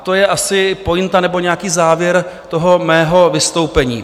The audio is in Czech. To je asi pointa nebo nějaký závěr mého vystoupení.